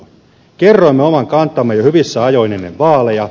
kerroimme oman kantamme jo hyvissä ajoin ennen vaaleja